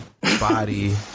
Body